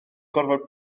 gorfod